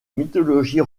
mythologie